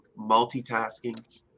multitasking